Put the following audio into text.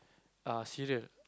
uh cereal